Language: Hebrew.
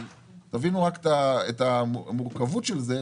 אבל תבינו את המורכבות של זה,